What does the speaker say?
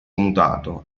mutato